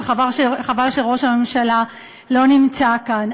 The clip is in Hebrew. וחבל שראש הממשלה לא נמצא כאן,